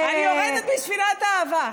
אני יורדת מספינת האהבה,